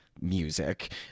music